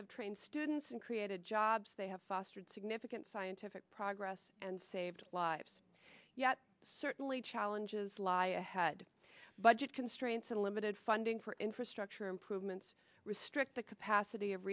have trained students and created jobs they have fostered significant scientific progress and saved lives yet certainly challenges lie ahead budget constraints and limited funding for infrastructure improvements restrict the capacity of